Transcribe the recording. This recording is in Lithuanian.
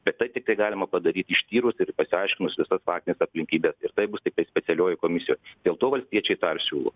bet tai tiktai galima padaryt ištyrus ir pasiaiškinus visas faktines aplinkybes ir tai bus tiktai specialioji komisija dėl to valstiečiai tą ir siūlo